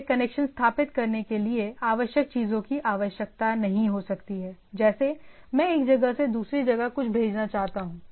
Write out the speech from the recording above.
मुझे कनेक्शन स्थापित करने के लिए आवश्यक चीजों की आवश्यकता नहीं हो सकती है जैसे मैं एक जगह से दूसरी जगह कुछ भेजना चाहता हूं